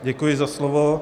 Děkuji za slovo.